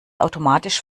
automatisch